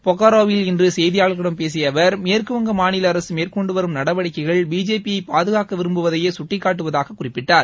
பொக்காரோவில் இன்று செய்தியாளர்களிடம் பேசிய அவர் மேற்குவங்க மாநில அரசு மேற்கொண்டு வரும் நடவடிக்கைகள் பிஜேபி யை பாதுகாக்க விரும்புவதையே சுட்டிக் காட்டுவதாக குறிப்பிட்டார்